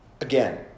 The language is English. Again